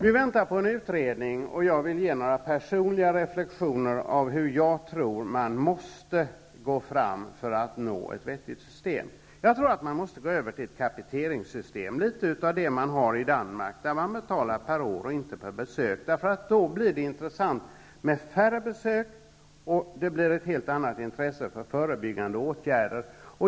Vi väntar på en utredning, och jag vill ge några personliga reflektioner om hur jag tror att man måste gå fram för att uppnå ett vettigt system. Jag tror att man måste gå över till ett capiteringssystem, litet av det man har i Danmark, där man betalar per år och inte per besök. Då blir det intressant med färre besök och ett helt annat intresse för förebyggande åtgärder.